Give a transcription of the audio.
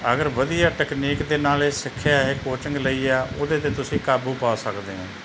ਅਗਰ ਵਧੀਆ ਟਕਨੀਕ ਦੇ ਨਾਲ ਇਹ ਸਿੱਖਿਆ ਇਹ ਕੋਚਿੰਗ ਲਈ ਆ ਉਹਦੇ 'ਤੇ ਤੁਸੀਂ ਕਾਬੂ ਪਾ ਸਕਦੇ ਹੋ